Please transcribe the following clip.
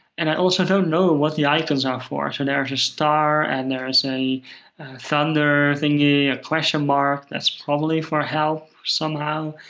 and i also don't know what the icons are for. so there is a star, and there is a thunder thingy, a question mark. that's probably for help, somehow.